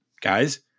guys